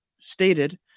stated